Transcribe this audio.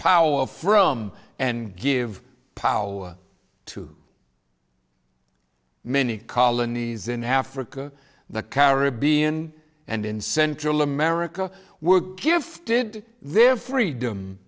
power from and give power to many colonies in africa the caribbean and in central america were here for did their freedom